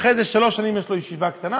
אחרי זה שלוש שנים יש לו ישיבה קטנה,